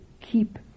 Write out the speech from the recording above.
keep